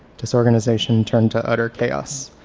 disorganization turned to utter chaos.